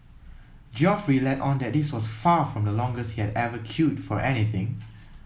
Geoffrey let on that this was far from the longest he had ever queued for anything